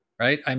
right